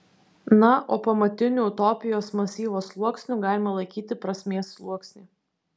na o pamatiniu utopijos masyvo sluoksniu galima laikyti prasmės sluoksnį